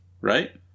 right